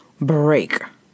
break